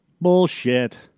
Bullshit